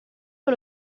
con